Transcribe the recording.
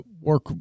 work